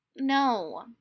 No